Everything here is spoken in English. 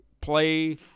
play